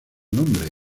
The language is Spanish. nombre